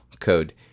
Code